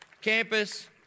campus